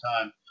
time